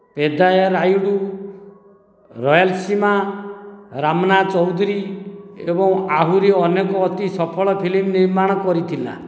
ପେଦାରାୟୁଡ଼ୁ ରୟାଲସୀମା ରମନ୍ନା ଚୌଧରୀ ଏବଂ ଆହୁରି ଅନେକ ଅତି ସଫଳ ଫିଲ୍ମ ନିର୍ମାଣ କରିଥିଲା